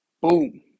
boom